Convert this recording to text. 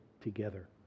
together